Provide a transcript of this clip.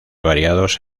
variados